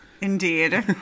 Indeed